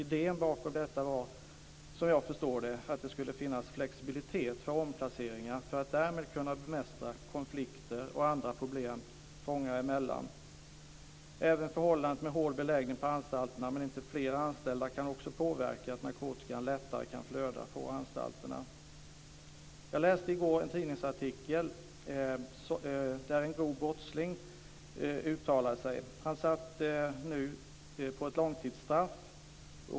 Idén bakom detta var, som jag förstår det, att det skulle finnas flexibilitet för omplaceringar för att därmed kunna bemästra konflikter och andra problem fångar emellan. Även förhållandet med hård beläggning på anstalterna men inte fler anställda kan påverka att narkotikan lättare kan flöda på anstalterna. Jag läste i går en tidningsartikel där en grov brottsling uttalade sig. Han hade nu ett långtidsstraff.